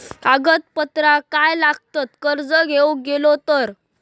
कागदपत्रा काय लागतत कर्ज घेऊक गेलो तर?